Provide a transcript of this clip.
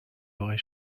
aurait